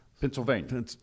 Pennsylvania